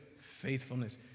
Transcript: faithfulness